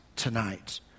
tonight